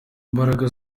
imbaraga